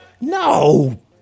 No